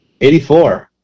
84